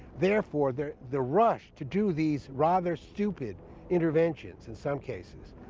therefore, the the rush to do these rather stupid interventions in some cases,